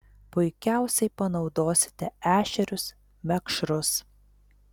puikiausiai panaudosite ešerius mekšrus